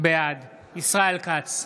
בעד ישראל כץ,